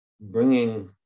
bringing